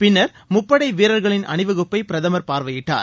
பின்னர் முப்படை வீரர்களின் அணிவகுப்பை பிரதமர் பார்வையிட்டார்